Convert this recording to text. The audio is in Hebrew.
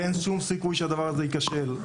אין שום סיכוי שהדבר הזה יכשל.